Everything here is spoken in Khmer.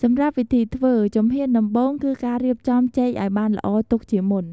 សម្រាប់វិធីធ្វើ ជំហានដំបូង គឺការរៀបចំចេកអោយបានល្អទុកជាមុន។